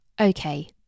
okay